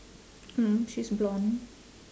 mm she's blonde